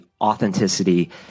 authenticity